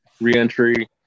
reentry